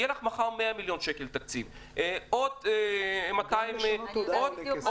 יהיו לך מחר 100 מיליון שקלים תקציב -- גם לשנות תודעה עולה כסף.